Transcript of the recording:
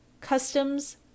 Customs